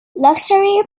luxury